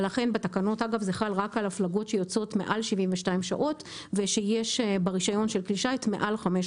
ולכן בתקנות זה חל רק על הפלגות שיוצאות מעל 72 שעות עם מעל 500